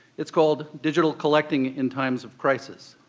it's called digital collecting in times of crisis.